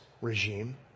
regime